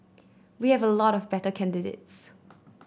we have a lot of better candidates